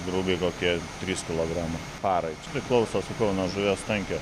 grubiai kokie trys kilogramai parai priklauso sakau nuo žuvies tankio